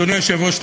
אדוני היושב-ראש,